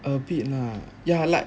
a bit lah ya llike